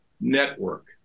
network